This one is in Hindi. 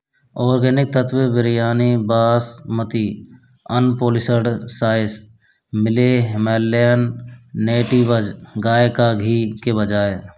ऑर्गेनिक तत्त्व बिरयानी बासमती अनपॉलिशड साइस मिले हिमालयन नेटिवज़ गाय का घी के बजाय